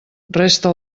resta